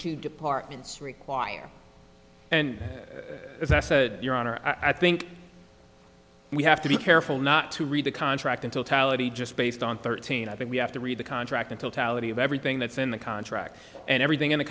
two departments require and as i said your honor i think we have to be careful not to read the contract until tallaght he just based on thirteen i think we have to read the contract until tally of everything that's in the contract and everything in the